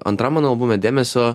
antram mano albume dėmesio